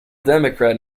democrat